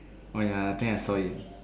oh ya I think I saw him